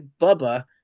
Bubba